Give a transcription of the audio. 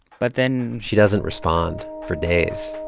but then. she doesn't respond for days,